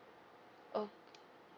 okay